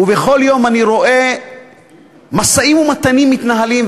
ובכל יום אני רואה משאים-ומתנים מתנהלים,